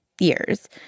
years